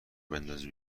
بندازه